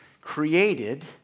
created